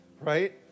right